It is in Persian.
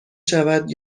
شود